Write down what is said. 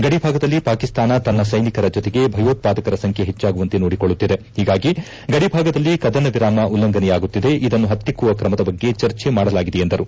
ಗಡಿಭಾಗದಲ್ಲಿ ಪಾಕಿಸ್ತಾನ ತನ್ನ ಸೈನಿಕರ ಜೊತೆಗೆ ಭಯೋತ್ಪಾದಕರ ಸಂಖ್ಯೆ ಹೆಚ್ಚಾಗುವಂತೆ ನೋಡಿಕೊಳ್ಳುತ್ತಿದೆ ಹೀಗಾಗಿ ಗಡಿ ಭಾಗದಲ್ಲಿ ಕದನ ವಿರಾಮ ಉಲ್ಲಂಘನೆಯಾಗುತ್ತಿದೆ ಇದನ್ನು ಪತ್ತಿಕ್ಕುವ ಕ್ರಮದ ಬಗ್ಗೆ ಚರ್ಚೆ ಮಾಡಲಾಗಿದೆ ಎಂದರು